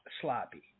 sloppy